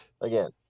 Again